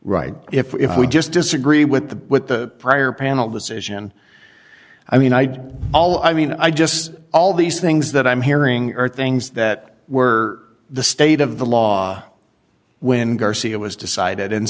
right if we just disagree with what the prior panel decision i mean i all i mean i just all these things that i'm hearing are things that were the state of the law when garcia was decided and